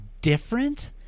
different